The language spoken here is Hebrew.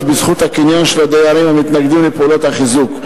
בזכות הקניין של הדיירים המתנגדים לפעולות החיזוק.